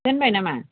दोनबाय नामा